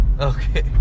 Okay